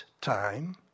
time